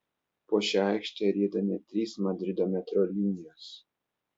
po šia aikšte rieda net trys madrido metro linijos